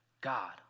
God